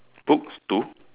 books two